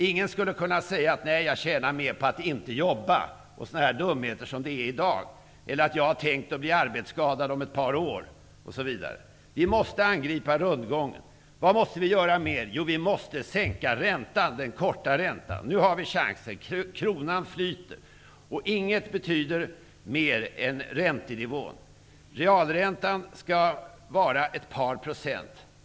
Ingen skulle kunna säga: ''Nej, jag tjänar mer på att inte jobba'' eller ''Jag har tänkt att bli arbetsskadad om ett par år'' osv. Vi måste angripa rundgången. Vad mer måste göras? Jo, den korta räntan måste sänkas. Nu har vi chansen, kronan flyter. Inget betyder mer än räntenivån. Realräntan skall vara ett par procent.